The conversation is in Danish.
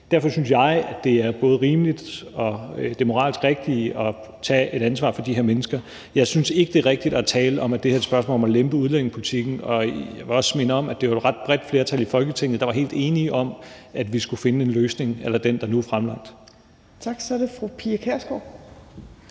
Derfor synes jeg, at det er både rimeligt og det moralsk rigtige at tage et ansvar for de her mennesker. Jeg synes ikke, at det er rigtigt at tale om, at det her er et spørgsmål om at lempe udlændingepolitikken. Og jeg vil også minde om, at det var et ret bredt flertal i Folketinget, der var helt enige om, at vi skulle finde en løsning a la den, der nu er fremlagt. Kl. 18:29 Tredje næstformand